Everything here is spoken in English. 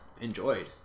enjoyed